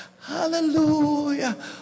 Hallelujah